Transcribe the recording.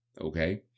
Okay